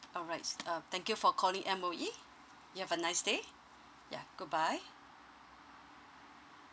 all rights uh thank you for calling M_O_E you have a nice day yeah goodbye